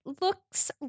looks